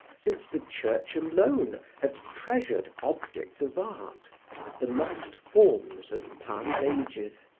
since the church alone had treasured objects of art the lost forms of past ages.